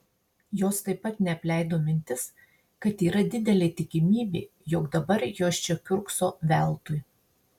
jos taip pat neapleido mintis kad yra didelė tikimybė jog dabar jos čia kiurkso veltui